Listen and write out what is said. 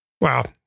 Wow